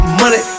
money